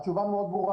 התשובה מאוד ברורה.